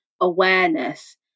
awareness